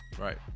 Right